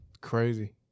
crazy